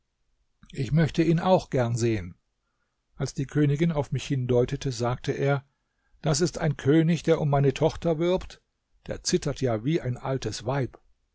ich möchte ihn auch gern sehen als die königin auf mich hindeutete sagte er das ist ein könig der um meine tochter wirbt der zittert ja wie ein altes weib